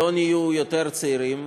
לא נהיו יותר צעירים,